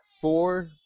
four